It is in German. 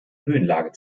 höhenlage